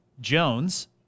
Jones